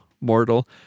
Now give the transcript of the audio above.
mortal